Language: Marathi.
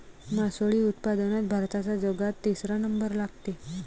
मासोळी उत्पादनात भारताचा जगात तिसरा नंबर लागते